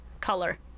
color